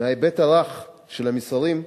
מהיבט הרך של המסרים,